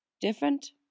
different